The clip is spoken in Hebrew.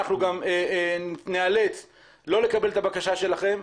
אנחנו גם ניאלץ לא לקבל את הבקשה שלכם.